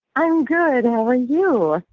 i'm good. how are you?